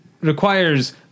requires